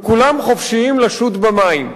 וכולם חופשיים לשוט במים,